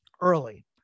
early